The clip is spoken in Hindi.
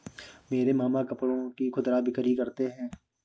मेरे मामा कपड़ों की खुदरा बिक्री करते हैं